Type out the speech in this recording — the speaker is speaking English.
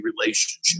relationship